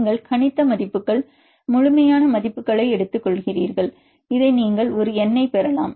நீங்கள் கணித்த மதிப்புகள் முழுமையான மதிப்புகளை எடுத்துக்கொள்கிறீர்கள் இதை நீங்கள் ஒரு N ஐப் பெறலாம்